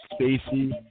spacey